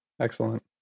Excellent